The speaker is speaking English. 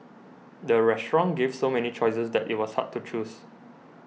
the restaurant gave so many choices that it was hard to choose